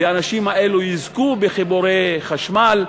והאנשים האלו יזכו לחיבורי חשמל.